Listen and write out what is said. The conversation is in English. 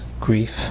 grief